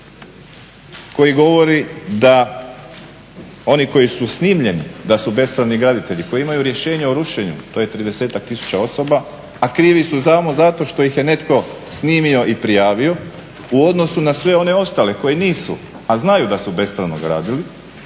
koji govori da oni koji su snimljeni da su bespravni graditelji, koji imaju rješenje o rušenju, to je 30 tisuća osoba, a krivi su samo zato što ih je netko snimio i prijavio. U odnosu na sve one ostale koji nisu, a znaju da bespravno gradili